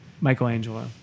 Michelangelo